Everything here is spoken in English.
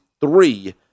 three